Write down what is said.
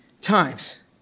times